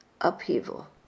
upheaval